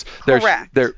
Correct